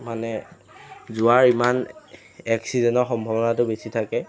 মানে যোৱাৰ ইমান এক্সিডেণ্টৰ সম্ভাৱনাটো বেছি থাকে